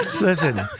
Listen